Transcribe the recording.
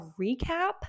recap